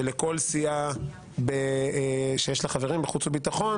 שלכל סיעה שיש חברים בחוץ וביטחון,